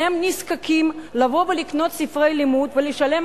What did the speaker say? הם נזקקים לבוא ולקנות ספרי לימוד ולשלם